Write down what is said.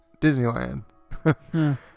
disneyland